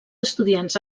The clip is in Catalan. estudiants